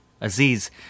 Aziz